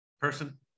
person